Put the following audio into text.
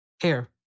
Here